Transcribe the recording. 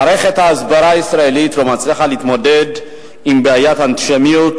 מערכת ההסברה הישראלית לא מצליחה להתמודד עם בעיית האנטישמיות,